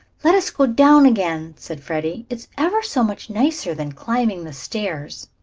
let us go down again, said freddie. it's ever so much nicer than climbing the stairs.